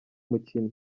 mukino